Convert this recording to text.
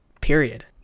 period